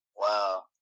Wow